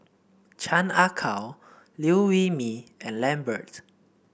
Chan Ah Kow Liew Wee Mee and Lambert